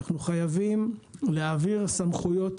אנחנו חייבים להעביר סמכויות,